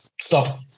stop